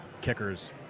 kickers